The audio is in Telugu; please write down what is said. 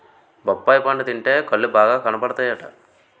బొప్పాయి పండు తింటే కళ్ళు బాగా కనబడతాయట